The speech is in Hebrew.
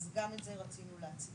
אז גם את זה רצינו להציף.